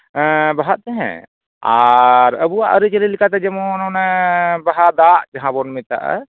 ᱮᱸᱜ ᱵᱟᱦᱟᱜ ᱛᱟᱦᱮᱸᱫ ᱟᱨ ᱟᱵᱚᱣᱟᱜ ᱟᱹᱨᱤᱪᱟᱹᱞᱤ ᱞᱮᱠᱟᱛᱮ ᱡᱮᱢᱚᱱ ᱚᱱᱮ ᱵᱟᱦᱟ ᱫᱟᱜ ᱡᱟᱦᱟᱸ ᱵᱚᱱ ᱢᱮᱛᱟᱜᱼᱟ